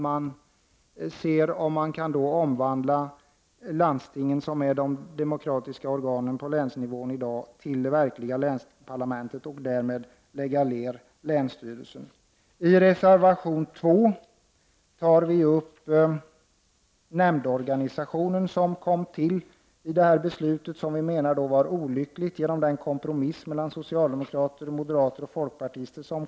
Man omvandlar landstingen, som är de demokratiska organen på länsnivå, till verkliga länsparlament och lägger därmed ned länsstyrelserna. I reservation 2 tar vi upp länsnämndorganisationen. Nämnderna kom till i ett beslut som vi tycker var olyckligt genom en kompromiss mellan socialdemokraterna, moderaterna och folkpartiet.